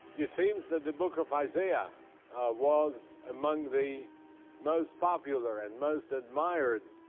it seems that the book of isaiah was among the most popular and most admired